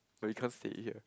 but you can't say it here